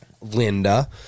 Linda